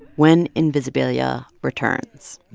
when invisibilia returns